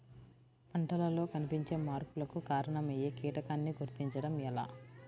పంటలలో కనిపించే మార్పులకు కారణమయ్యే కీటకాన్ని గుర్తుంచటం ఎలా?